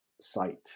site